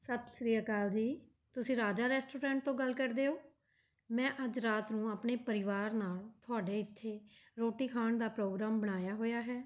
ਸਤਿ ਸ਼੍ਰੀ ਅਕਾਲ ਜੀ ਤੁਸੀਂ ਰਾਜਾ ਰੈਸਟੋਰੈਂਟ ਤੋਂ ਗੱਲ ਕਰਦੇ ਹੋ ਮੈਂ ਅੱਜ ਰਾਤ ਨੂੰ ਆਪਣੇ ਪਰਿਵਾਰ ਨਾਲ਼ ਤੁਹਾਡੇ ਇੱਥੇ ਰੋਟੀ ਖਾਣ ਦਾ ਪ੍ਰੋਗਰਾਮ ਬਣਾਇਆ ਹੋਇਆ ਹੈ